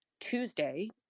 tuesday